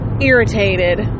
irritated